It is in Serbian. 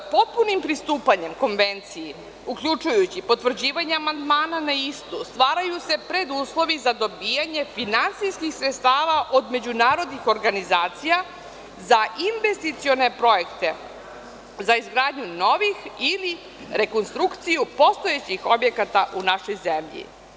Potpunim pristupanjem Konvenciji, uključujući potvrđivanje Amandmana na istu, stvaraju se preduslovi za dobijanje finansijskih sredstava od međunarodnih organizacija za investicione projekte, za izgradnju novih ili rekonstrukciju postojećih objekata u našoj zemlji.